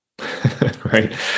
right